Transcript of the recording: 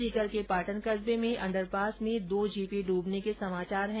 सीकर के पाटन कस्बे में अंडरपास में दो जीपे डूबने के समाचार है